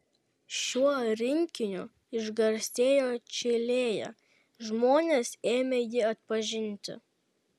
šiuo rinkiniu išgarsėjo čilėje žmonės ėmė jį atpažinti